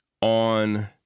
On